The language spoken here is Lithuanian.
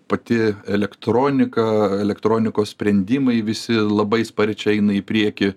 pati elektronika elektronikos sprendimai visi labai sparčiai eina į priekį